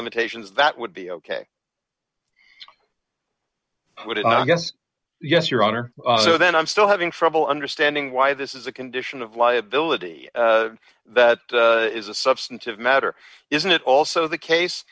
limitations that would be ok with it i guess yes your honor so then i'm still having trouble understanding why this is a condition of liability that is a substantive matter isn't it also the case